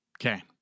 Okay